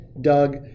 Doug